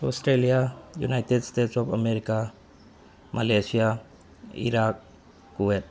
Australia United States of America Malaysia Iraq Kuwait